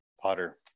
potter